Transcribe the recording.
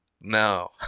no